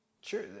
Sure